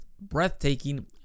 breathtaking